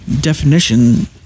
definition